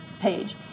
page